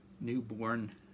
newborn